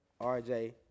RJ